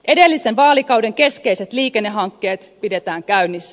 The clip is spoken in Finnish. edellisen vaalikauden keskeiset liikennehankkeet pidetään käynnissä